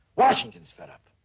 washington's fed up!